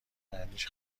معنیش